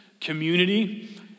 Community